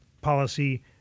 policy